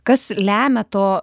kas lemia to